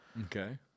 Okay